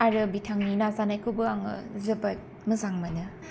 आरो बिथांनि नाजानायखौबो आङो जोबोद मोजां मोनो